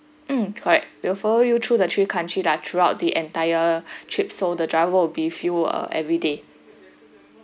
mm correct will follow you through the three country there throughout the entire trip so the driver will be free everyday